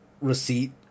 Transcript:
receipt